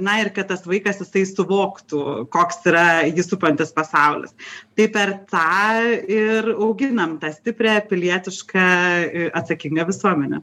na ir kad tas vaikas jisai suvoktų koks yra jį supantis pasaulis tai per tą ir auginam tą stiprią pilietišką atsakingą visuomenę